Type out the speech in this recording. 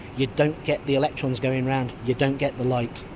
you don't get the electrons going round, you don't get the light.